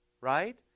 right